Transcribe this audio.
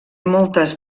moltes